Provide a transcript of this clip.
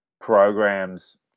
programs